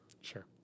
sure